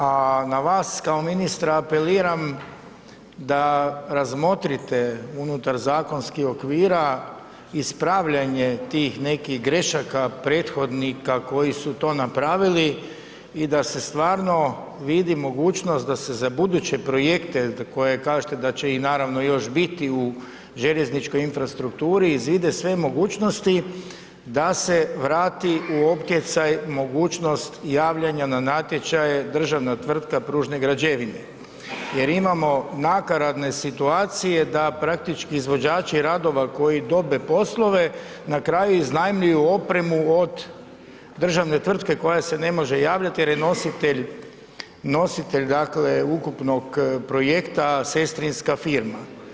A na vas kao ministra apeliram da razmotrite unutar zakonskih okvira ispravljanje tih nekih grešaka prethodnika koji su to napravili i da se stvarno vidi mogućnost da se za buduće projekte koje kažete da će ih naravno još biti u željezničkoj infrastrukturi izvide sve mogućnosti da se vrati u opticaj mogućnost javljanja na natječaj državna tvrtka Pružne građevine jer imamo nakaradne situacije da praktički izvođači radova koji dobe poslove, na kraju iznajmljuju opremu od državne tvrtke koja se ne može javljati jer je nositelj ukupnog projekta sestrinska firma.